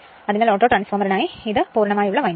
അതിനാൽ ഓട്ടോട്രാൻസ്ഫോർമറിനായി ഇതാണ് മുഴുവൻ വിൻഡിംഗ്